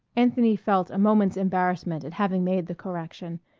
anthony felt a moment's embarrassment at having made the correction,